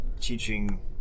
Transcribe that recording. teaching